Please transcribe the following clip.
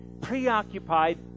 preoccupied